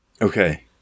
Okay